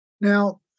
Now